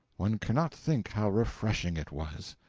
one cannot think how refreshing it was.